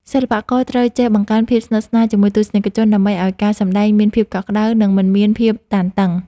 សិល្បករត្រូវចេះបង្កើតភាពស្និទ្ធស្នាលជាមួយទស្សនិកជនដើម្បីឱ្យការសម្តែងមានភាពកក់ក្តៅ និង មិនមានភាពតានតឹង។